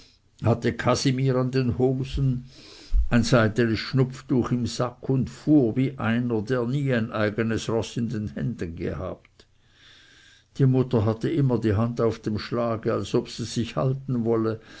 hatte kasimir an den hosen ein seidenes schnupftuch im sack und fuhr wie einer der nie ein eigenes roß in den händen gehabt die mutter hatte immer die hand auf dem schlage als ob sie sich halten wolle